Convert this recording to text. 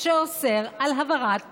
שאוסר הבערת פסולת.